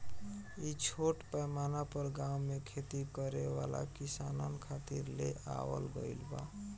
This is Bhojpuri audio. इ छोट पैमाना पर गाँव में खेती करे वाला किसानन खातिर ले आवल गईल बा